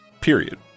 period